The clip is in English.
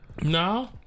No